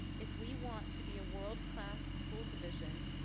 if we want to be a world class school division,